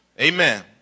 Amen